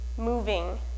moving